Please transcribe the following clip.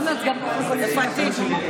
בבקשה.